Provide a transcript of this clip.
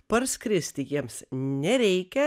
parskristi jiems nereikia